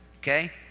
Okay